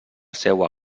seua